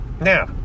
Now